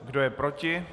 Kdo je proti?